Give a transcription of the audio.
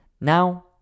Now